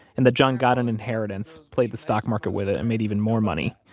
and that john got an inheritance, played the stock market with it, and made even more money.